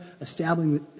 establishing